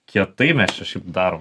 kietai mes čia šiaip darom